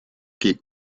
que